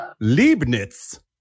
Leibniz